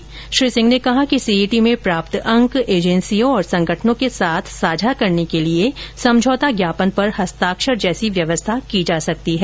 श्री जितेंद्र सिंह ने कहा कि सीईटी में प्राप्त अंक एजेंसियों और संगठनों के साथ साझा करने के लिए समझौता ज्ञापन पर हस्ताक्षर जैसी व्यवस्था की जा सकती है